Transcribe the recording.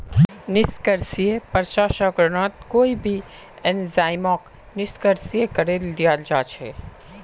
निष्क्रिय प्रसंस्करणत कोई भी एंजाइमक निष्क्रिय करे दियाल जा छेक